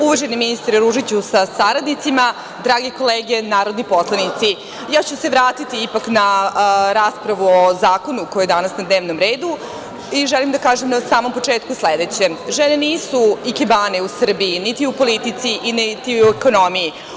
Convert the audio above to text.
Uvaženi ministre Ružiću sa saradnicima, drage kolege narodni poslanici, vratiću se ipak na raspravu o zakonu koji je danas na dnevnom redu i želim da kažem na samom početku sledeće – žene nisu ikebane u Srbiji, niti u politici, niti u ekonomiji.